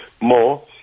more